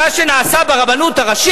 מה אתה עושה בממשלה הזו?